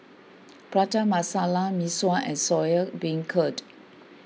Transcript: Prata Masala Mee Sua and Soya Beancurd